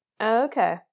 okay